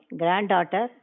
granddaughter